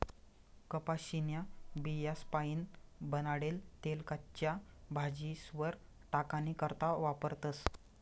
कपाशीन्या बियास्पाईन बनाडेल तेल कच्च्या भाजीस्वर टाकानी करता वापरतस